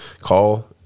call